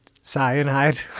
cyanide